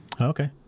okay